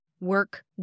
work